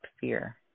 fear